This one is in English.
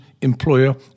employer